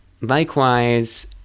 Likewise